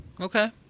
Okay